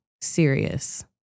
serious